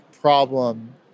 problem